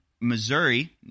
Missouri